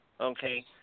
okay